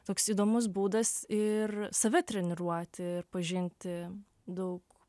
toks įdomus būdas ir save treniruoti ir pažinti daug